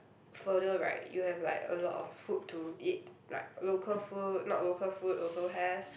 further right you have like a lot of food to eat like local food not local food also have